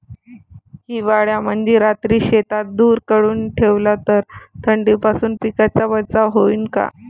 हिवाळ्यामंदी रात्री शेतात धुर करून ठेवला तर थंडीपासून पिकाचा बचाव होईन का?